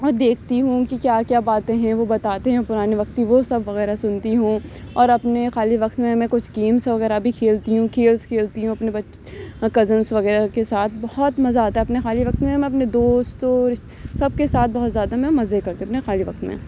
اور دیکھتی ہوں کہ کیا کیا باتیں ہیں وہ بتاتے ہیں پرانے وقت کی وہ سب وغیرہ سنتی ہوں اور اپنے خالی وقت میں میں کچھ گیمس وغیرہ بھی کھیلتی ہوں کھیلس کھیلتی ہوں اپنے بچ کزنس وغیرہ کے ساتھ بہت مزہ آتا ہے اپنے خالی وقت میں میں اپنے دوستوں سب کے ساتھ بہت زیادہ میں مزے کرتی ہوں اپنے خالی وقت میں